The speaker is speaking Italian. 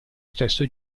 stesso